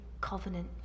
covenant